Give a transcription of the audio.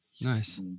Nice